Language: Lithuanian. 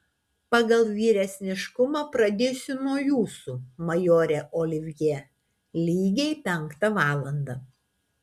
pagal vyresniškumą pradėsiu nuo jūsų majore olivjė lygiai penktą valandą